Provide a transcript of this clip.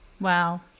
Wow